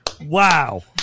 Wow